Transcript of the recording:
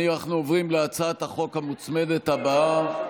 אנחנו עוברים להצעת החוק המוצמדת הבאה,